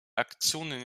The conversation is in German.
aktionen